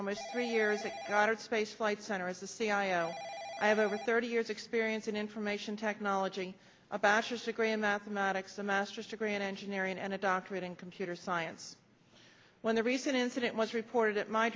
almost three years six goddard space flight center at the cia i have over thirty years experience in information technology a bachelor's degree in mathematics a master's degree in engineering and a doctorate in computer science when the recent incident was reported at my